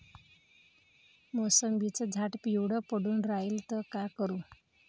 मोसंबीचं झाड पिवळं पडून रायलं त का करू?